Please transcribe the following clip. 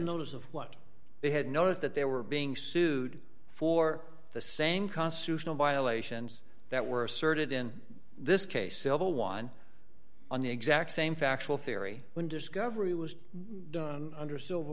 notice of what they had noticed that they were being sued for the same constitutional violations that were asserted in this case civil one on the exact same factual theory when discovery was done under a silver